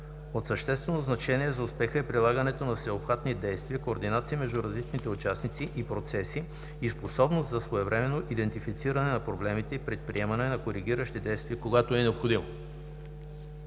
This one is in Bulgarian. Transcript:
От съществено значение за успеха е прилагането на всеобхватни действия, координация между различните участници и процеси и способност за своевременно идентифициране на проблемите и предприемане на коригиращи действия, когато е необходимо.